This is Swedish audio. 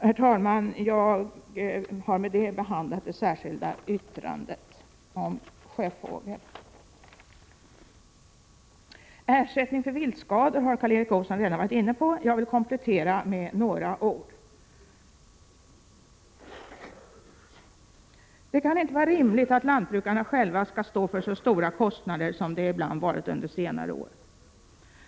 Herr talman! Jag har med det behandlat det särskilda yttrandet om sjöfågel. Ersättning för viltskador har Karl Erik Olsson redan varit inne på. Jag vill komplettera med några ord. Det kan inte vara rimligt att lantbrukarna själva skall stå för så stora kostnader som det ibland varit under senare år.